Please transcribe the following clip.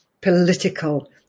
political